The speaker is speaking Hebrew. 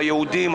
היהודים,